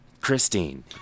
christine